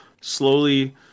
slowly